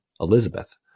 Elizabeth